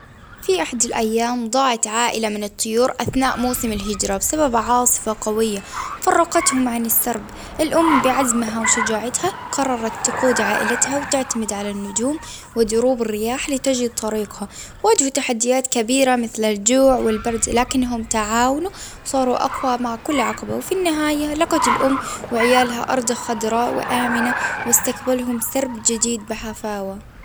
في إحدى الأيام ضاعت عائلة من الطيور أثناء موسم الهجرة، بسبب عاصفة قوية فرقتهم عن السرب، الأم بعزمها وشجاعتها قررت تقود عائلتها، وتعتمد على النجوم ،ودروب الرياح لتجد طريقها، واجهت تحديات كبيرة، مثل الجوع، والبرد لكنهم تعاونوا صاروا أقوى مع كل عقبة، وفي النهاية لقت الأم وعيالها أرض خضراء وآمنة وأستقبلهم بسرب جديد بحفاوة.